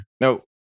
No